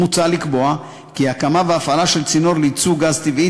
מוצע לקבוע כי הקמה והפעלה של צינור לייצוא גז טבעי